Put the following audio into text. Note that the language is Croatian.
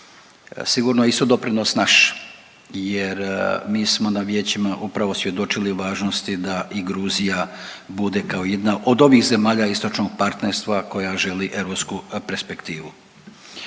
sigurno isto doprinos naš jer mi smo na vijećima upravo svjedočili važnosti da i Gruzija bude kao jedna od ovih zemalja istočnog partnerska koja želi europsku perspektivu.